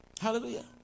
Hallelujah